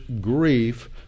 grief